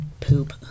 poop